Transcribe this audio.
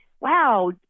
wow